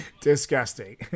disgusting